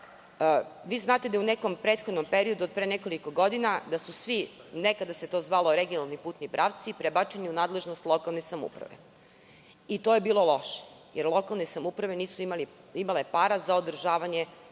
znate da je u nekom prethodnom periodu, od pre nekoliko godina, nekada su se zvali regionalni putni pravci, prebačeni su u nadležnost lokalne samouprave i to je bilo loše, jer lokalne samouprave nisu imale para za održavanje